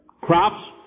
crops